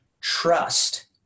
trust